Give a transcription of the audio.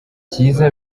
kizza